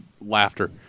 laughter